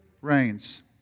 reigns